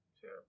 Sure